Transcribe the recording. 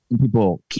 people